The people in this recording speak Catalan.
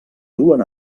duen